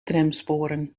tramsporen